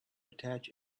attach